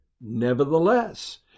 Nevertheless